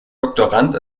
doktorand